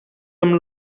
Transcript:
amb